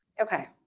Okay